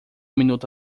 minuto